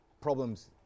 problems